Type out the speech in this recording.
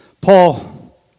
Paul